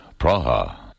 Praha